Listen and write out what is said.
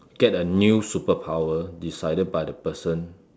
get a new superpower decided by the person